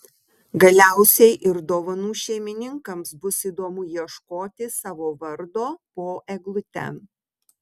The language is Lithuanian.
galiausiai ir dovanų šeimininkams bus įdomu ieškoti savo vardo po eglute